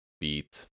beat